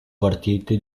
partite